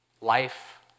Life